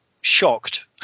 shocked